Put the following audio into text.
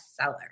bestseller